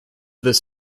this